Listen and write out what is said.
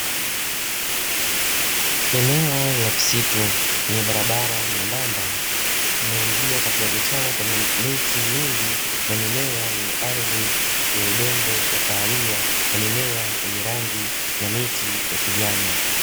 Eneo la msitu yenye barabara nyembamba, inayoingia katika kichaka chenye miti mingi na mimea yenye ardhi ya udongo wa kahawia, na mimea yenye rangi na miti ya kijani.